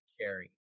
carry